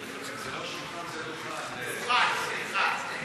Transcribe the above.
ולכן כל חברי הוועדות,